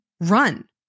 run